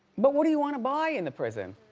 but what do you wanna buy in the prison?